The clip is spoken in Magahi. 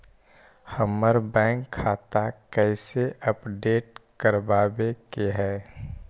हमर बैंक खाता कैसे अपडेट करबाबे के है?